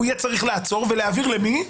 הוא יהיה צריך לעצור ולהעביר למי?